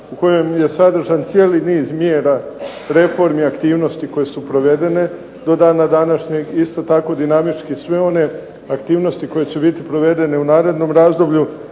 u kojem je sadržan cijeli niz mjera reformi, aktivnosti koje su provedene do dana današnjeg. Isto tako dinamički sve one aktivnosti koje će biti provedene u narednom razdoblju.